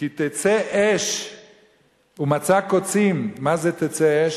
"כי תצא אש ומצאה קֹצים", מה זה "תצא אש"?